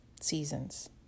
seasons